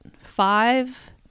five